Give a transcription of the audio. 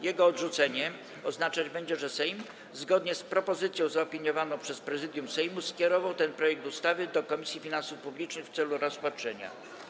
Jego odrzucenie oznaczać będzie, że Sejm zgodnie z propozycją zaopiniowaną przez Prezydium Sejmu skierował ten projekt ustawy do Komisji Finansów Publicznych w celu rozpatrzenia.